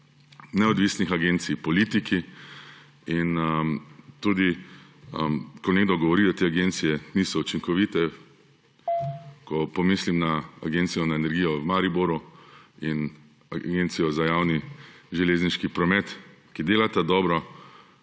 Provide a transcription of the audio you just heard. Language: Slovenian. neodvisnih agencij politiki. Tudi ko nekdo govori, da te agencije niso učinkovite, ko pomislim na Agencijo za energijo v Mariboru in Agencijo za javni železniški promet, ki delata dobro,